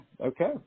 okay